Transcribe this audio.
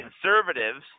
conservatives